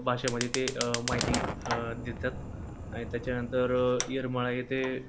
भाषेमध्ये ते माहिती देतात आणि त्याच्यानंतर येरमळा येते